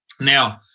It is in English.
Now